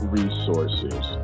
resources